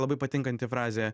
labai patinkanti frazė